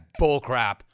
bullcrap